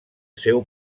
seu